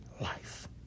life